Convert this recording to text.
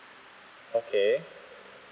okay